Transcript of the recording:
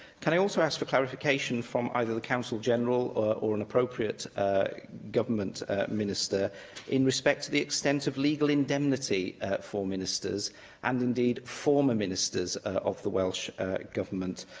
can i also ask for clarification from either the counsel general or or an appropriate government minister in respect of the extent of legal indemnity for ministers and indeed former ministers of the welsh government?